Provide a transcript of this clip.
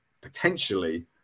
potentially